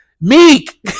Meek